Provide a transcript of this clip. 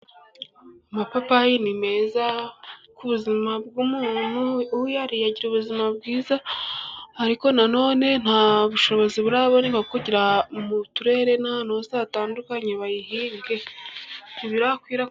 Amapapayi ni meza ku buzima bw'umuntu, uyariye agira ubuzima bwiza, ariko na none nta bushobozi buraboneka bwo kugira ngo mu turere n'ahantu hatandukanye bayihinge, ntibirakwira....